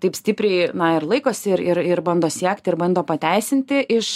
taip stipriai na ir laikosi ir ir ir bando siekti ir bando pateisinti iš